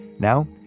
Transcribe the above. Now